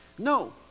No